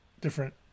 different